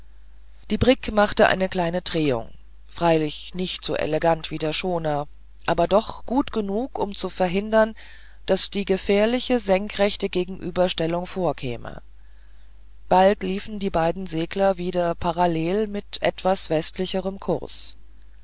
die brigg machte eine kleine drehung freilich nicht so elegant wie der schoner aber doch gut genug um zu verhindern daß die gefährliche senkrechte gegenüberstellung vorkäme bald liefen die beiden segler wieder parallel mit etwas westlicherem kurs